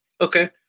Okay